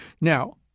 Now